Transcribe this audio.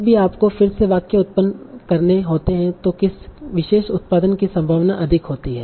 जब भी आपको फिर से वाक्य उत्पन्न करने होते हैं तो किस विशेष उत्पादन की संभावना अधिक होती है